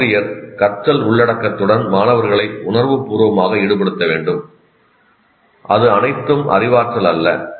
ஆசிரியர் கற்றல் உள்ளடக்கத்துடன் மாணவர்களை உணர்வுபூர்வமாக ஈடுபடுத்த வேண்டும் அது அனைத்தும் அறிவாற்றல் அல்ல